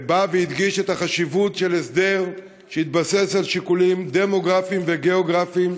בא והדגיש את החשיבות של הסדר שהתבסס על שיקולים דמוגרפיים וגיאוגרפיים.